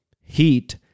heat